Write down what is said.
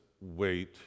wait